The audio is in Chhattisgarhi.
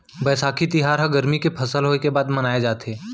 बयसाखी तिहार ह गरमी के फसल होय के बाद मनाए जाथे